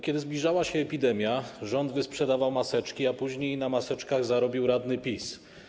Kiedy zbliżała się epidemia, rząd wysprzedawał maseczki, a później na maseczkach zarobił radny PiS.